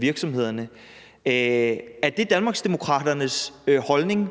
virksomhederne. Er det Danmarksdemokraternes holdning,